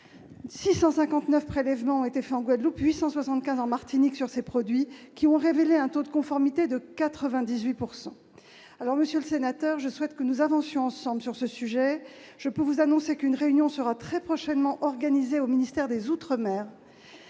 659 prélèvements ont été faits en Guadeloupe 875 en Martinique sur ces produits qui ont révélé un taux de conformité de 98 pourcent alors, Monsieur le Sénateur, je souhaite que nous avancions ensemble sur ce sujet, je peux vous annoncer qu'une réunion sera très prochainement organisée au ministère des Outre-mer,